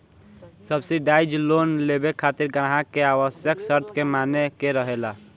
subsidise loan लेबे खातिर ग्राहक के आवश्यक शर्त के माने के रहेला